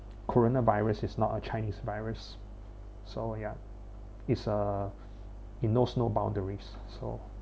coronavirus is not a chinese virus so ya is uh it knows no boundaries so